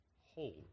hold